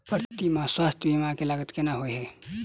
प्रति माह स्वास्थ्य बीमा केँ लागत केतना होइ है?